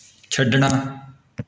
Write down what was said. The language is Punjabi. ਛੱਡਣਾ